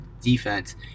defense